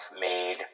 made